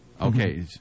Okay